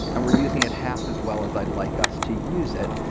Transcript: and we're using it half as well as i'd like us to use it.